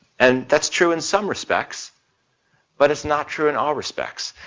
and that's true in some respects but it's not true in all respects.